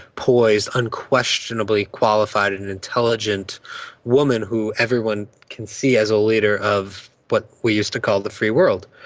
poised, unquestionably qualified and and intelligent woman who everyone can see as a leader of what we used to call the free world,